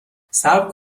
صبر